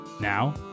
Now